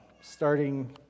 starting